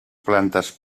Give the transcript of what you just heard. plantes